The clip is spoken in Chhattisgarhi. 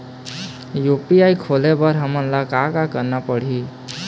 यू.पी.आई खोले बर हमन ला का का करना पड़ही?